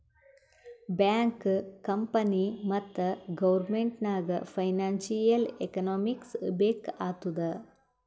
bank, company ಮತ್ತ government ನಾಗ್ financial economics ಬೇಕ್ ಆತ್ತುದ್